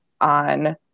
on